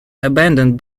abandoned